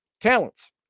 Talents